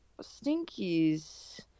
Stinkies